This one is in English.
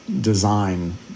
design